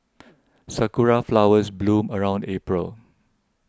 sakura flowers bloom around April